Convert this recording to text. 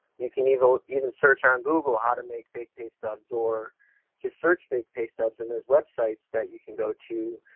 you can even, even search on google how to make fake pay stubs, or just search fake pay stubs and there's websites that you can go to,